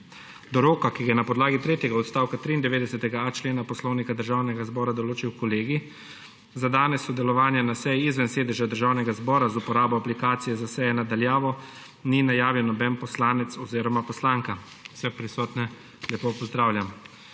Do roka, ki ga je na podlagi tretjega odstavka 93.a člena Poslovnika Državnega zbora določil kolegij, za danes sodelovanja na seji izven sedeža Državnega zbora z uporabo aplikacije za seje na daljavo ni najavil noben poslanec oziroma poslanka. Vse prisotne lepo pozdravljam!